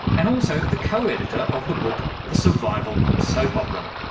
and also the co-editor of the book the survival of soap opera.